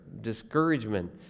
discouragement